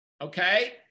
okay